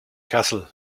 kassel